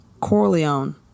Corleone